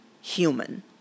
human